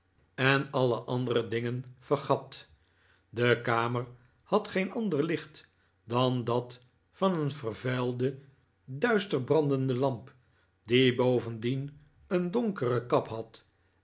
maken alle andere dingen vergat de kamer had geen ander licht dan dat van een vervuilde duister brandende lamp die bovendien een donkere kap had